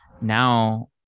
now